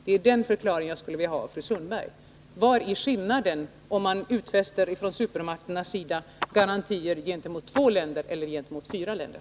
Det är där jag skulle vilja ha en förklaring av fru Sundberg. Vad är skillnaden mellan om supermakterna utfäster garantier gentemot två eller gentemot fyra länder?